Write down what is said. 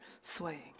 swaying